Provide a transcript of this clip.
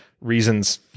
reasons